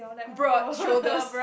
broad shoulders